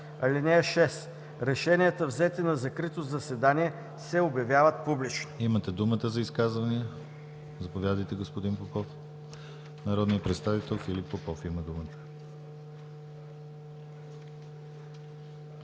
тях. (6)Решенията, взети на закрито заседание, се обявяват публично.”